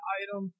item